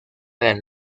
del